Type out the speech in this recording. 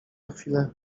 chwilę